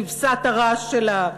כבשת הרש שלה,